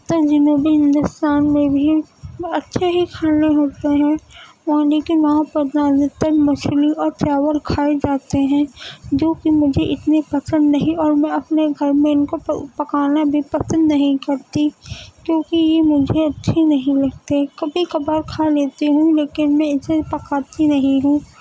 تو جنوبی ہندوستان میں بھی اچھے ہی کھانے ہوتے ہیں یعنی کہ وہاں پر زیادہ تر مچھلی اور چاول کھائے جاتے ہیں جوکہ مجھے اتنے پسند نہیں اور میں اپنے گھر میں ان کو پکانا بھی پسند نہیں کرتی کیونکہ یہ مجھے اچھے نہیں لگتے کبھی کبھار کھا لیتی ہوں لیکن میں اسے پکاتی نہیں ہوں